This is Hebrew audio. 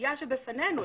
הסוגיה שבפנינו.